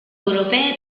europee